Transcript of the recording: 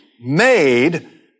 made